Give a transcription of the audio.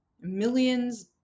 millions